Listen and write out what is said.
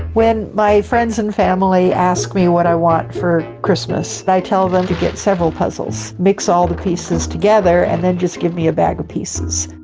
when my friends and family ask me what i want for christmas, i tell them to get several puzzles, mix all the pieces together and then, just give me a bag of pieces.